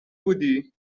بودی